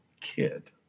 kid